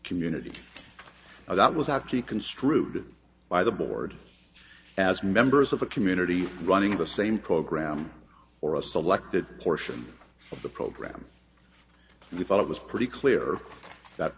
community that was actually construed by the board as members of a community running the same program or a selected portion of the program we thought it was pretty clear that